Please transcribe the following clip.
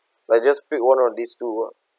like just pick one out of this two ah